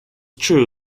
true